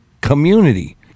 community